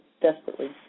desperately